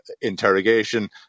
interrogation